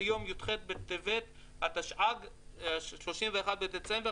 ביום י"ח בטבת התשע"ג (31 בדצמבר